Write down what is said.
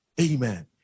Amen